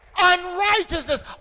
unrighteousness